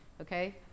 okay